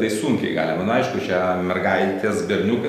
tai sunkiai galima nu aišku čia mergaitės berniukai